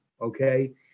okay